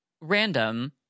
random